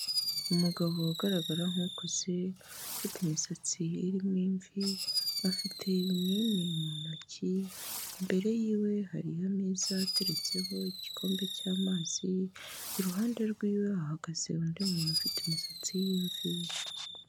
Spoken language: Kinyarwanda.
Umugabo ugaragara nk'ukuze ufite imisatsi irimo imvi, afite ibinini mu ntoki, imbere yiwe hari ameza ateretseho igikombe cy'amazi, iruhande rwiwe hahagaze undi muntu ufite imisatsi y'imvi.